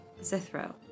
Zithro